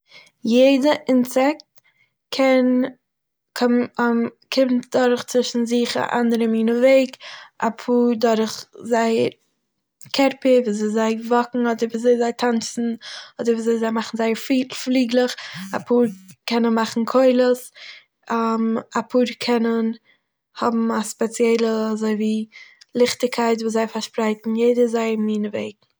יעדער אינסעקט קען ק קומט דורך צווישן זיך א אנדערע מינע וועג, אפאהר דורך זייער קערפער ווי אזוי זיי וואקן, אדער ווי אזוי זיי טאנצען, אדער ווי אזוי זיי מאכן זייער פליגלעך אפהר קענען מאכן קולות אפאהר קענען האבן א ספעציעלע אזוי ווי ליכטיגקייט וואס זיי פארשפרייטן יעדער זייער מינע וועג.